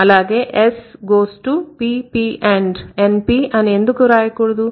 అలాగే S goes to PP and NP అని ఎందుకు రాయకూడదు